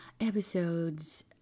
episodes